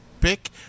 pick